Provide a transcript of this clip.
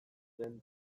den